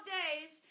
days